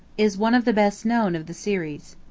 is one of the best known of the series.